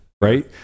Right